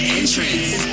entrance